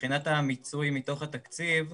מבחינת המיצוי מתוך התקציב,